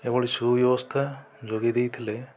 ଏଭଳି ସୁବ୍ୟବସ୍ଥା ଯୋଗାଇ ଦେଇଥିଲେ